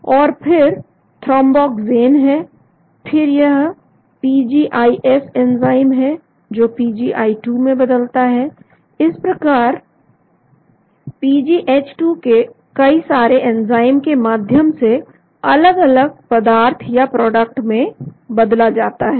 और फिर थ्रंबोजैन है फिर यह पीजीआईएस एंजाइम है जो PGI2 में बदलता है इस प्रकार पीजीएच2 कई सारे एंजाइम के माध्यम से अलग अलग पदार्थ या प्रोडक्ट में बदला जाता है